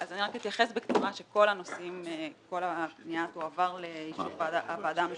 אני רק אתייחס בקצרה שכל הפנייה תועבר לוועדה המשותפת.